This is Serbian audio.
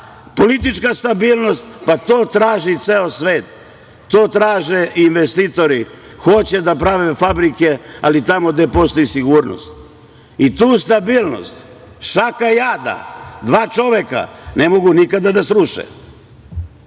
politička stabilnost. To traži ceo svet. To traže investitori, hoće da prave fabrike, ali tamo gde postoji sigurnost i tu stabilnost, šaka jada, dva čoveka, ne mogu nikada da sruše. Vi